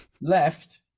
left